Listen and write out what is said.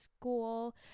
school